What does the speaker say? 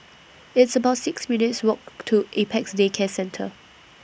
It's about six minutes' Walk to Apex Day Care Centre